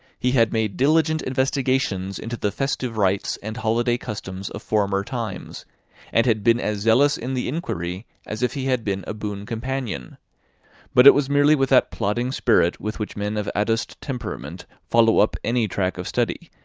he had made diligent investigations into the festive rites and holiday customs of former times and had been as zealous in the inquiry as if he had been a boon companion but it was merely with that plodding spirit with which men of adust temperament follow up any track of study,